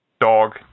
Dog